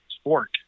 sport